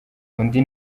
undi